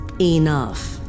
Enough